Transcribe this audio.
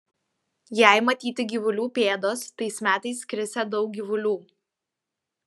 jei matyti gyvulių pėdos tais metais krisią daug gyvulių